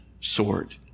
sword